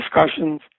discussions